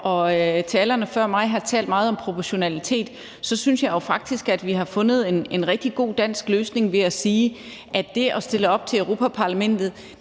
og talerne før mig har talt meget om proportionalitet, synes jeg jo faktisk, at vi har fundet en rigtig god dansk løsning ved at sige, at det at stille op til Europa-Parlamentet